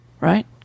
Right